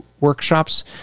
workshops